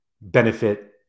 benefit